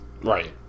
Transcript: Right